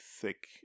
thick